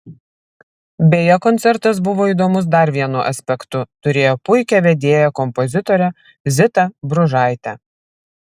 beje koncertas buvo įdomus dar vienu aspektu turėjo puikią vedėją kompozitorę zitą bružaitę